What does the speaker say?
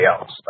else